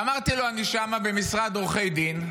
ואמרתי לו, אני שם במשרד עורכי דין,